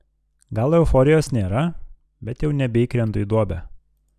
gal euforijos nėra bet jau nebeįkrentu į duobę